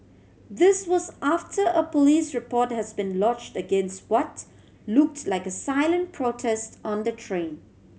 this was after a police report has been lodged against what looked like a silent protest on the train